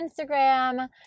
Instagram